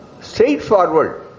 straightforward